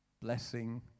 blessing